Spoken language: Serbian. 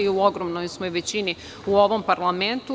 U ogromnoj smo većini u ovom parlamentu.